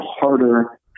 harder